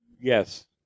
Yes